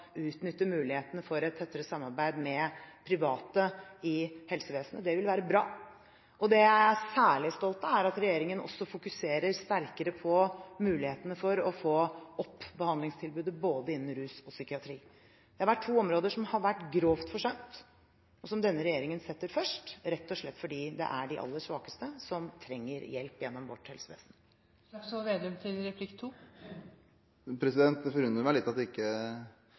utnytte mulighetene for et tettere samarbeid med private i helsevesenet. Det vil være bra. Og det jeg er særlig stolt av, er at regjeringen også fokuserer sterkere på mulighetene for å få opp behandlingstilbudet både innen rus og psykiatri. Det er to områder som har vært grovt forsømt, og som denne regjeringen setter først, rett og slett fordi det er de aller svakeste som trenger hjelp gjennom vårt helsevesen. Det forundrer meg litt at ikke finansminister Siv Jensen i det